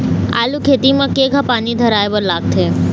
आलू खेती म केघा पानी धराए बर लागथे?